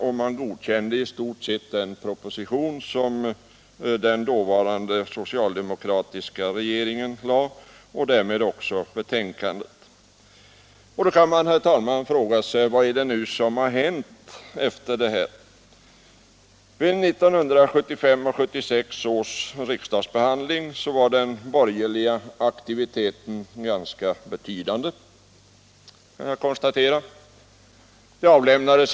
Jag kan konstatera att den borgerliga aktiviteten var ganska betydande vid förra årets riksdagsbehandling av denna fråga.